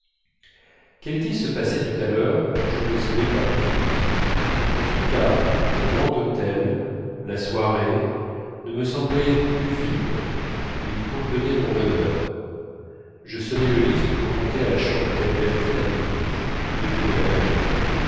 qu'allait-il se passer tout à l'heure je ne le savais pas trop en tous cas le grand hôtel la soirée ne me sembleraient plus vides ils contenaient mon bonheur je sonnai le lift pour monter à la chambre qu'albertine avait prise du côté de la vallée